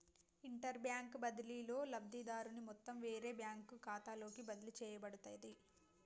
interbank బదిలీలో, లబ్ధిదారుని మొత్తం వేరే బ్యాంకు ఖాతాలోకి బదిలీ చేయబడుతది